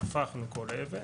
הפכנו כל אבן,